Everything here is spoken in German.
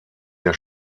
der